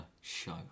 show